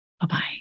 Bye-bye